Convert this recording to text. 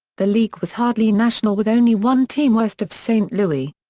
the league was hardly national with only one team west of st louis.